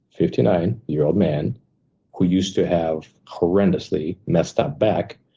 fifty nine year old man who used to have horrendously messed up back,